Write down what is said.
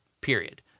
period